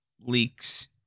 leaks